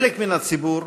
חלק מהציבור